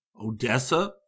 Odessa